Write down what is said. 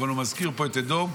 אבל הוא מזכיר פה את אדום,